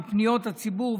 מפניות הציבור.